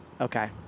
Okay